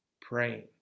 Praying